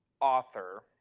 author